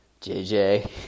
JJ